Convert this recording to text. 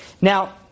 Now